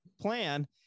plan